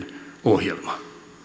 ohjelma